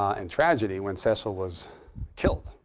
and tragedy when cecil was killed,